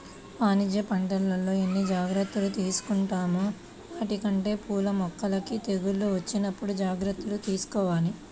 వాణిజ్య పంటల్లో ఎన్ని జాగర్తలు తీసుకుంటామో వాటికంటే పూల మొక్కలకి తెగుళ్ళు వచ్చినప్పుడు జాగర్తలు తీసుకోవాల